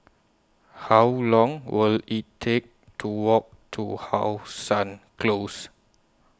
How Long Will IT Take to Walk to How Sun Close